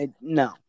No